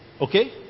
Okay